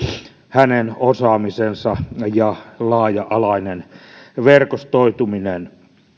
hänen osaamisensa ja laaja alainen verkostoitumisensa